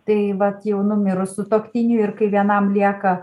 tai vat jau numirus sutuoktiniui ir kai vienam lieka